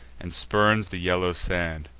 and spurns the yellow sand.